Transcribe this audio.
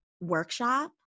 workshop